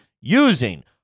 using